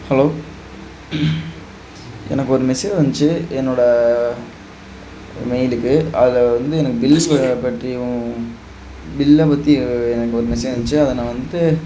hello எனக்கு ஒரு message வந்துச்சு என்னோடய மெயிலுக்கு அதில் வந்து எனக்கு பில்ஸ்ஸை பற்றி பில்லை பற்றி எனக்கு ஒரு மெசேஜ் வந்துச்சு அதை நான் வந்துட்டு